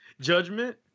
judgment